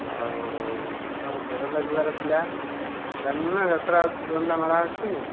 ଆଉ ଆମର ଯୋରନ୍ଦା ଯିବାର ଥିଲା ଜାଣିନୁ ନା ଯାତ୍ରା ହେଉଛି ଯୋରନ୍ଦା ମେଳା ହେଉଛି